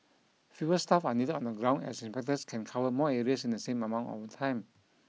fewer staff are needed on the ground as inspectors can cover more areas in the same amount of time